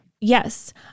Yes